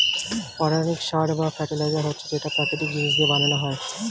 organic সার বা fertiliser হচ্ছে যেটা প্রাকৃতিক জিনিস দিয়ে বানানো হয়